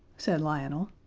said lionel.